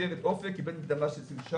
במסגרת אופק, קיבל מקדמה של 6%,